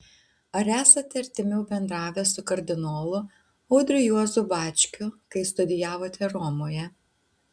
ar esate artimiau bendravęs su kardinolu audriu juozu bačkiu kai studijavote romoje